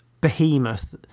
behemoth